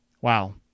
Wow